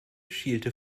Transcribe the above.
schielte